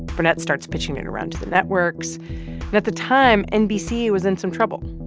burnett starts pitching it around to the networks. and at the time, nbc was in some trouble.